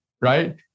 right